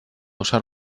usar